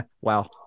Wow